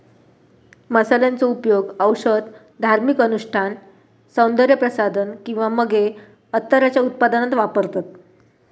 मसाल्यांचो उपयोग औषध, धार्मिक अनुष्ठान, सौन्दर्य प्रसाधन किंवा मगे उत्तराच्या उत्पादनात वापरतत